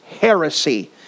heresy